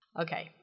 Okay